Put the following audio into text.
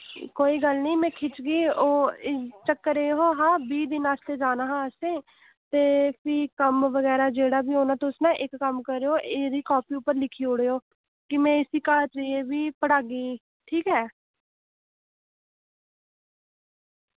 कोई गल्ल निं में खिच्चगी ओह् चक्कर एह् हा बीह् दिन आस्तै जाना हा असें ते फ्ही कम्म बगैरा जेह्ड़ा बी होना तुस ना इक कम्म करेओ एह्दी कापी उप्पर लिखी ओड़ेओ कि में इसी घर जाइयै बी पढ़ागी ठीक ऐ